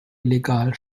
illegal